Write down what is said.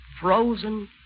Frozen